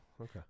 okay